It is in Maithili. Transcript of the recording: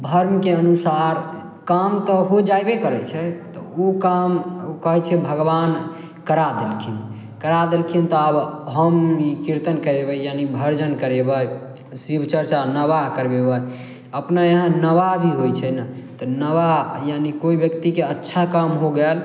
धर्म के अनुसार काम तऽ हो जैबै करै छै तऽ ओ काम कहै छै भगबान करा देलखिन करा देलखिन तऽ आब हम ई कीर्तन करेबै यानि भजन करेबै शिबचर्चा नवाह करबेबै अपने यहाँ नवाह भी होइ छै नऽ तऽ नवाह यानि कोइ बेक्ति के अच्छा काम हो गाएल